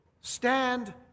stand